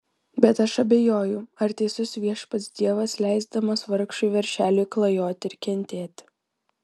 bet aš abejoju ar teisus viešpats dievas leisdamas vargšui veršeliui klajoti ir kentėti